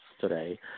today